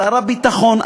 שר הביטחון,